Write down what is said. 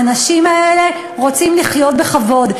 האנשים האלה רוצים לחיות בכבוד.